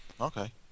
okay